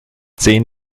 zehn